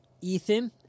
Ethan